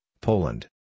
Poland